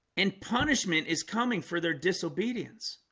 and punishment is coming for their disobedience